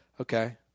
okay